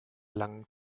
langen